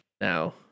Now